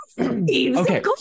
okay